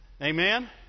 Amen